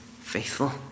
faithful